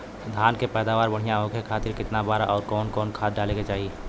धान के पैदावार बढ़िया होखे खाती कितना बार अउर कवन कवन खाद डाले के चाही?